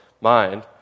mind